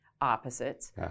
opposites